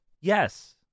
Yes